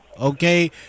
Okay